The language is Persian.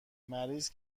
مریض